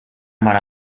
mara